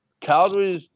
Calgary's